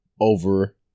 over